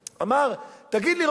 אמר: תגיד לי,